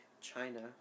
China